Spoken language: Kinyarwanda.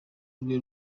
rwe